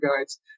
guides